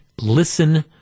listen